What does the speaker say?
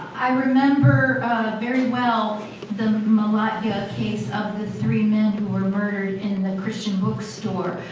i remember very well the malatya case of the three men who were murdered in the christian bookstore.